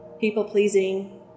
people-pleasing